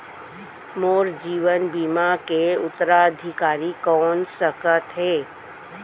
मोर जीवन बीमा के उत्तराधिकारी कोन सकत हे?